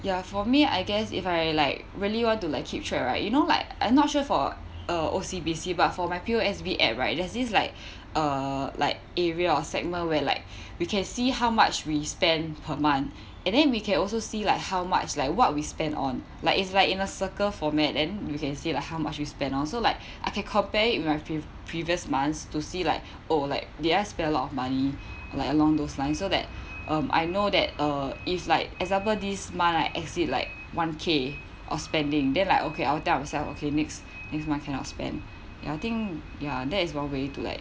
ya for me I guess if I like really want to like keep track right you know like I not sure for uh O_C_B_C but for my P_O_S_B app right there's this like uh like area of segment where like we can see how much we spend per month and then we can also see like how much like what we spend on like it's like in a circle format then you can see like how much you spend also like I can compare with my pre~ previous months to see like oh like did I spent a lot of money like along those lines so that um I know that uh if like example this month I exit like one K of spending then like okay I'll tell myself okay next next month cannot spend ya think ya that is one way to like